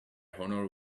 honor